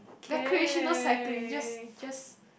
the recreational cycling just just